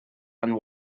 and